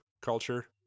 culture